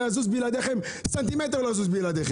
לא יזוז בלעדיכם, סנטימטר לא זז בלעדיכם.